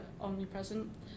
omnipresent